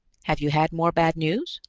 have you had more bad news?